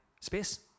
space